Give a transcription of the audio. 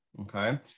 okay